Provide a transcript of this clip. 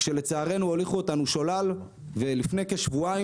כשלצערנו הוליכו אותנו שולל ולפני כשבועיים